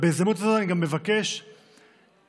בהזדמנות הזאת אני גם מבקש בעיקר